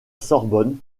sorbonne